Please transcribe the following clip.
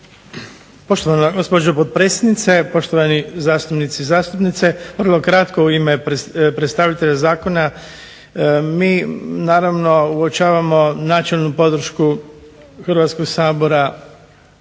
Poštovana gospođo potpredsjednice, poštovani zastupnici i zastupnice. Vrlo kratko u ime predstavitelja zakona. Mi naravno uočavamo načelnu podršku Hrvatskog sabora sistematsko